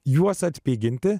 juos atpiginti